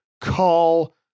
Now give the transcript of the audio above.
call